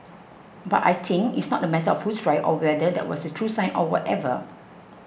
but I think it's not a matter of who's right or whether that was a true sign or whatever